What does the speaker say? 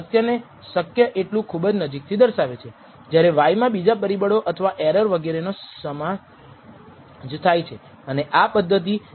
0 ચકાસવા માટે આ પ્રકારની દલીલ વિસ્તૃત કરશે કે જેને F ટેસ્ટ કહેવામાં આવે છે તેનો ઉપયોગ કરીને આપણે પસાર થઈશું